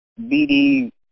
BD